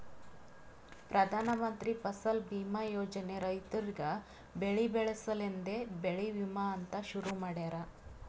ಪ್ರಧಾನ ಮಂತ್ರಿ ಫಸಲ್ ಬೀಮಾ ಯೋಜನೆ ರೈತುರಿಗ್ ಬೆಳಿ ಬೆಳಸ ಸಲೆಂದೆ ಬೆಳಿ ವಿಮಾ ಅಂತ್ ಶುರು ಮಾಡ್ಯಾರ